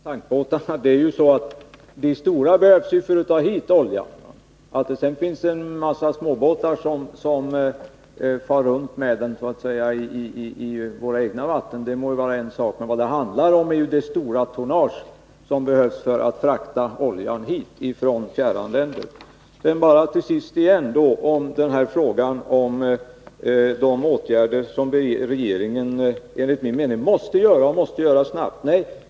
Herr talman! Helt kortfattat om tankbåtarna: de stora behövs för att ta hit olja — att det sedan också finns en mängd småbåtar som far runt med den i våra egna vatten är en annan sak. Vad det egentligen handlar om är ju det stora tonnage som behövs för att frakta hit oljan från fjärran länder. Sedan tillbaka till frågan om de åtgärder som regeringen enligt min mening måste vidta, och måste vidta snabbt.